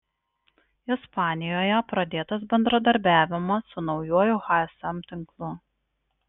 ispanijoje pradėtas bendradarbiavimas su nauju hsm tinklu